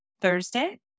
Thursday